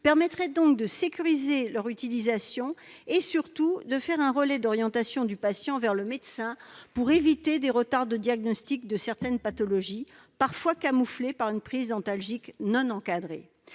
permettrait donc de sécuriser son utilisation et, surtout, de faire un relais d'orientation du patient vers le médecin pour éviter des retards de diagnostic de certaines pathologies, parfois camouflées par une prise d'antalgiques non encadrée.